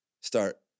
start